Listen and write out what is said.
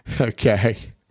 Okay